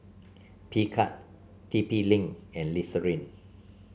Picard T P Link and Listerine